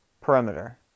perimeter